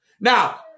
Now